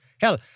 Hell